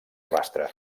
rastre